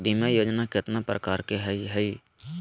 बीमा योजना केतना प्रकार के हई हई?